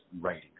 writing